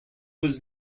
was